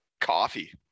coffee